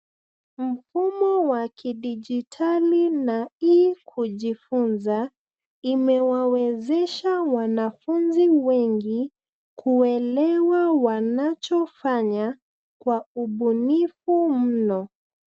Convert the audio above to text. Mfumo wa kidijitali na e-kujifunza imewawezesha wanafunzi wengi kuelewa wanachofanya kwa ubunifu mno.